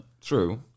True